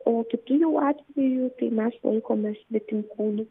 o kitu jau atveju tai mes laikome svetimkūniu